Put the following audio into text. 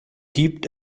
gibt